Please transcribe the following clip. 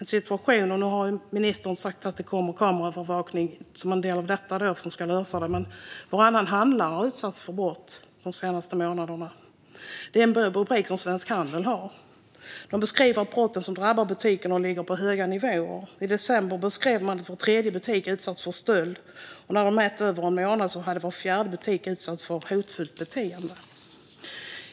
Nu har ministern sagt att det kommer kameraövervakning som en dellösning. Men varannan handlare har utsatts för brott de senaste månaderna. Det är en rubrik som Svensk Handel har. De beskriver att antalet brott som drabbar butikerna ligger på höga nivåer. I december hade var tredje butik utsatts för stöld, och när man mätt över en månad framgick att var fjärde butik utsatts för hotfullt beteende.